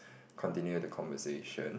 continue the conversation